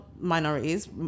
minorities